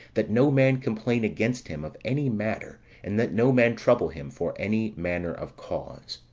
that no man complain against him of any matter, and that no man trouble him for any manner of cause.